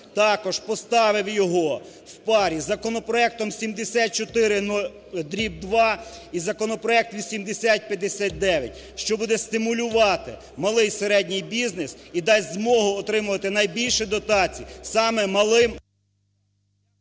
також поставив його в парі з законопроектом 74… дріб 2 і законопроект 8059, що буде стимулювати малий середній бізнес і дасть змогу отримувати найбільші дотації саме малим…